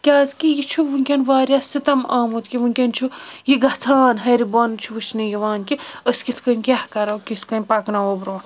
کیازِ کہ یہِ چھُ ونکیٚن واریاہ سِتم آمُت کہِ ونکیٚن چھُ یہِ گژھان ہیٚرِ بۄن چھُ وچھنہٕ یِوان کہِ أسۍ کِتھ کٔنۍ کیاہ کرو کِتھ کٔنۍ پَکناوو برٛونٹھ کُن